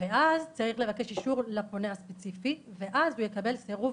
ואז צריך לבקש אישור לפונה הספציפי ואז הוא יקבל סירוב,